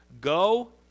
Go